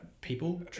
people